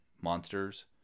monsters